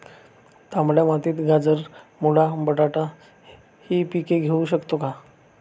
तांबड्या मातीत गाजर, मुळा, बटाटा हि पिके घेऊ शकतो का?